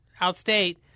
outstate